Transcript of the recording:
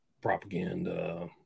propaganda